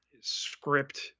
script